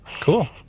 cool